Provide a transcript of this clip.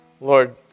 Lord